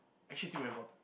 actually still very important